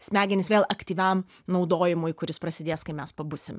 smegenis vėl aktyviam naudojimui kuris prasidės kai mes pabusime